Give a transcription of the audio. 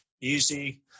easy